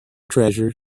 treasure